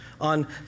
On